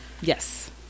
yes